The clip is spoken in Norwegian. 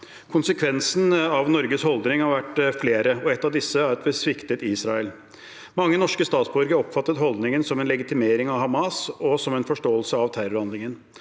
Konsekvensene av Norges holdning har vært flere, og en av disse er at vi sviktet Israel. Mange norske statsborgere oppfattet holdningen som en legitimering av Hamas og som en forståelse av terrorhandlingen